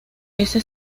ese